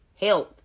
health